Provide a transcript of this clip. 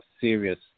serious